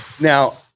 Now